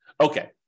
Okay